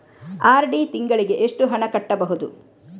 RD ತಿಂಗಳಿಗೆ ಎಷ್ಟು ಹಣ ಕಟ್ಟಬಹುದು?